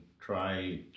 try